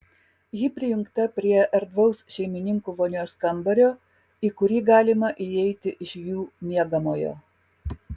ji prijungta prie erdvaus šeimininkų vonios kambario į kurį galima įeiti iš jų miegamojo